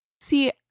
See